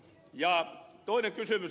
ja toinen kysymys